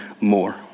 more